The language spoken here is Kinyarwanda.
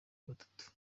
gatatu